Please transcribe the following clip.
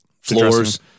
floors